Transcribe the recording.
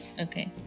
Okay